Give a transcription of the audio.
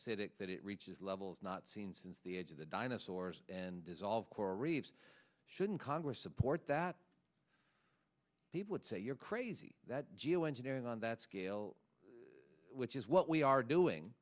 cidic that it reaches levels not seen since the age of the dinosaurs and dissolve coral reefs shouldn't congress support that people would say you're crazy that geoengineering on that scale which is what we are doing